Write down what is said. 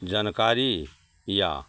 जनकारी या